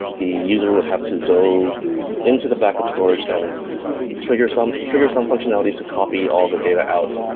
the user would have to go into the backup storage and trigger some trigger some functionality to copy all the data out.